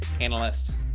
analyst